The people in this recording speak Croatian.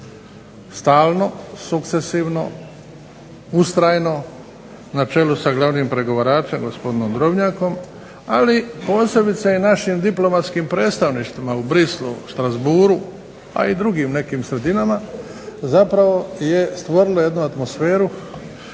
stalno, sukcesivno, ustrajno, na čelu sa glavnim pregovaračem gospodinom Drobnjakom, ali posebice i našim diplomatskim predstavništvima u Bruxellesu, Strassbourgu, a i drugim nekim sredinama zapravo je stvorilo jednu atmosferu,